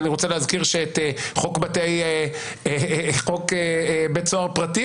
אני רוצה להזכיר שאת חוק בית סוהר פרטי,